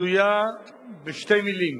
תלויה בשתי מלים: